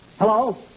Hello